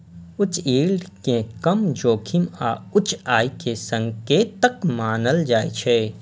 उच्च यील्ड कें कम जोखिम आ उच्च आय के संकेतक मानल जाइ छै